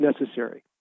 necessary